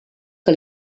que